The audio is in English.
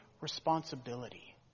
responsibility